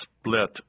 split